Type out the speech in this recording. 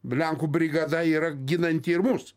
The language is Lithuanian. lenkų brigada yra ginanti ir mus